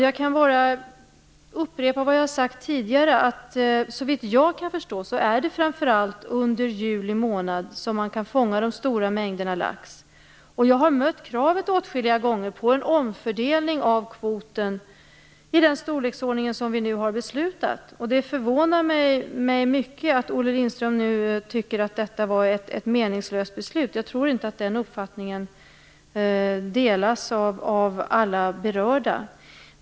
Jag kan bara upprepa vad jag har sagt tidigare. Såvitt jag kan förstå är det framför allt under juli månad som man kan fånga de stora mängderna lax. Jag har åtskilliga gånger mött kravet på en omfördelning av kvoten i den storleksordning som vi nu har beslutat. Det förvånar mig mycket att Olle Lindström nu säger att detta var ett meningslöst beslut. Jag tror inte att den uppfattningen delas av alla berörda.